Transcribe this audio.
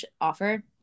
offer